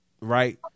right